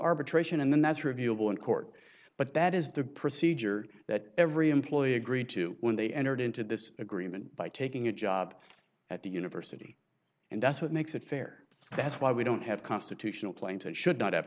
arbitration and that's reviewable in court but that is the procedure that every employee agreed to when they entered into this agreement by taking a job at the university and that's what makes it fair that's why we don't have constitutional plaintiff should not have